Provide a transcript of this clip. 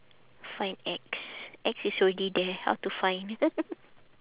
find X X is already there how to find